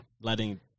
letting